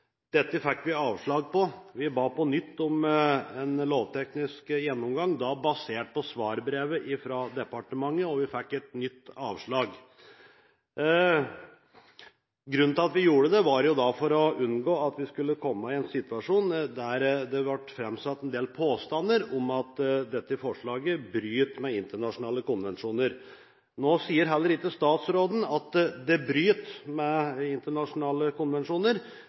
Dette fikk vi avslag på. Vi ba på nytt om en lovteknisk gjennomgang, da basert på svarbrevet fra departementet. Vi fikk et nytt avslag. Grunnen til at vi gjorde det, var for å unngå at vi skulle komme i en situasjon der det ble framsatt en del påstander om at dette forslaget bryter med internasjonale konvensjoner. Nå sier heller ikke statsråden at det bryter med internasjonale konvensjoner,